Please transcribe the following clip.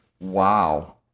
Wow